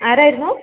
ആരായിരുന്നു